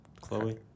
Chloe